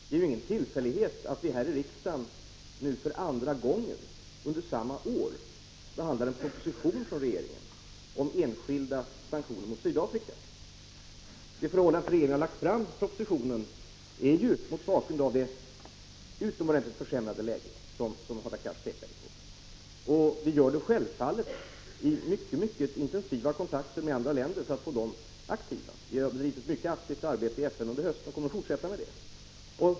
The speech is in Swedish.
Det är ju ingen tillfällighet att vi här i riksdagen nu för andra gången under samma år behandlar en proposition från regeringen om ensidiga sanktioner mot Sydafrika. Regeringen lägger ju fram propositionen mot bakgrund av det utomordentligt försämrade läge som Hadar Cars pekade på. Vi gör det självfallet under mycket intensiva kontakter med andra länder, för att få dem aktiva. Vi har bedrivit ett mycket aktivt arbete i FN under hösten och kommer att fortsätta med det.